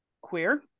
queer